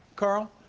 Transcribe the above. carl,